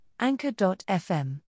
Anchor.fm